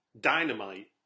dynamite